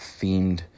themed